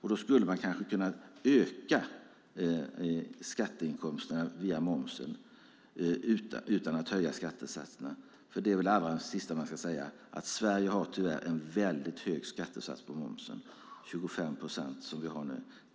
Då skulle skatteinkomsterna kanske kunna ökas via momsen utan att skattesatserna höjs. Tyvärr har Sverige en mycket hög moms - 25 procent.